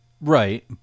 Right